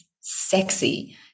sexy